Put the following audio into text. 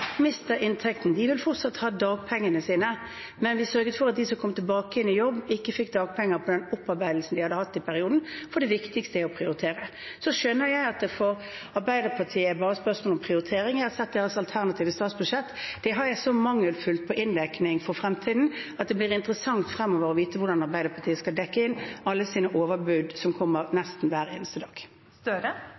vil fortsatt ha dagpengene sine, men vi sørget for at de som kom tilbake igjen i jobb, ikke fikk dagpenger på den opparbeidelsen de hadde hatt i perioden, for det viktigste er å prioritere. Så skjønner jeg at det for Arbeiderpartiet bare er et spørsmål om prioritering. Jeg har sett deres alternative statsbudsjett, og det er så mangelfullt på inndekning for fremtiden at det blir interessant fremover å vite hvordan Arbeiderpartiet skal dekke inn alle sine overbud, som kommer nesten hver eneste